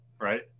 right